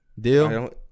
Deal